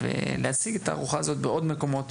ולהציג את התערוכה הזאת בעוד מקומות.